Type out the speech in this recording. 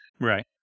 Right